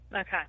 Okay